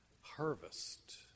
harvest